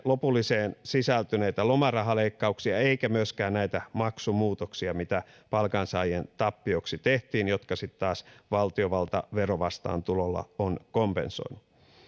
lopulliseen kilpailukykysopimukseen sisältyneitä lomarahaleikkauksia eikä myöskään näitä maksumuutoksia mitä palkansaajien tappioksi tehtiin jotka sitten taas valtiovalta verovastaantulolla on kompensoinut